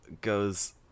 goes